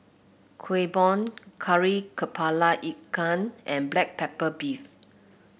Kueh Bom Kari kepala Ikan and Black Pepper Beef